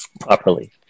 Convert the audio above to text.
properly